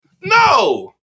No